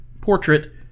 portrait